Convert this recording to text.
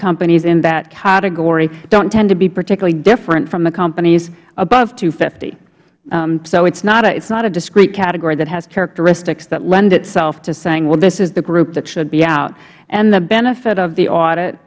companies in that category don't tend to be particularly different from the companies above two hundred and fifty so it's not a discrete category that has characteristics that lend itself to saying well this is the group that should be out and the benefit of the